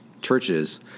churches